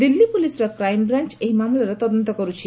ଦିଲ୍ଲୀ ପୁଲିସ୍ର କ୍ରାଇମ୍ବ୍ରାଞ୍ଚ ଏହି ମାମଲାର ତଦନ୍ତ କରୁଛି